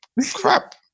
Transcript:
crap